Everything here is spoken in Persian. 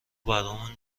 برامون